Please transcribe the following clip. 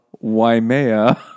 Waimea